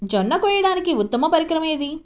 జొన్న కోయడానికి ఉత్తమ పరికరం ఏది?